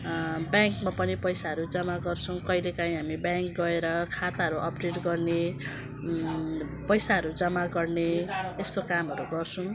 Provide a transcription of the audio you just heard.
ब्याङ्कमा पनि पैसाहरू जमा गर्छौँ कहिलेकाहीँ हामी ब्याङ्क गएर खाताहरू अपडेट गर्ने पैसाहरू जमा गर्ने यस्तो कामहरू गर्छौँ